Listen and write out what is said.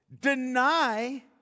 deny